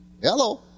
Hello